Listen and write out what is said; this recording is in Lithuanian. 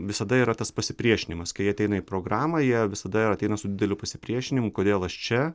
visada yra tas pasipriešinimas kai jie ateina į programą jie visada ateina su dideliu pasipriešinimu kodėl aš čia